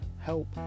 Help